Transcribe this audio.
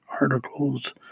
articles